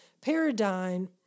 paradigm